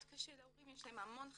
מאוד קשה להורים, יש להם המון חששות.